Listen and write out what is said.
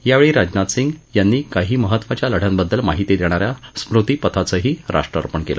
यावेळी राजनाथ सिंग यांनी काही महत्वाच्या लढयांबद्दल माहिती देणा या स्मृतिपथाचंही राष्ट्रार्पण केलं